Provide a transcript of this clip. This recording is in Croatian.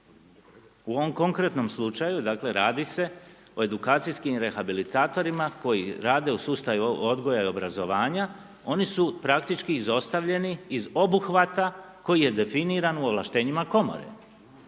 U ovom konkretnom slučaju dakle radi se o edukacijskim rehabilitatorima koji rade u sustavu odgoja i obrazovanja oni su praktički izostavljeni iz obuhvata koji je definiran u ovlaštenjima komore.